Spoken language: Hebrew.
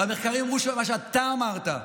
והמחקרים אמרו מה שאתה אמרת.